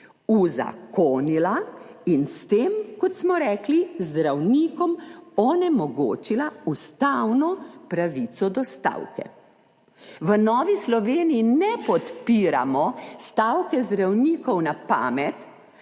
in s tem, kot smo rekli, zdravnikom onemogočila ustavno pravico do stavke. V Novi Sloveniji ne podpiramo stavke zdravnikov na pamet